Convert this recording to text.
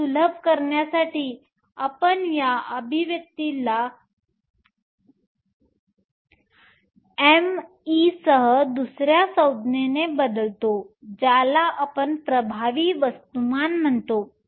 हे चित्र सुलभ करण्यासाठी आपण या अभिव्यक्त्याला या m e सह दुसर्या संज्ञेने बदलतो ज्याला आपण प्रभावी वस्तुमान म्हणतो